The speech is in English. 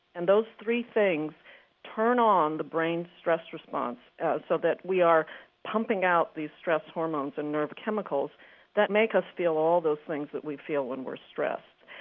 and those three things turn on the brain's stress response so that we are pumping out these stress hormones and nerve chemicals that make us feel all those things that we feel when we're stressed.